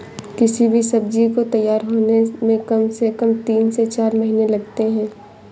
किसी भी सब्जी को तैयार होने में कम से कम तीन से चार महीने लगते हैं